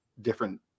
different